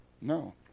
no